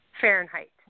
Fahrenheit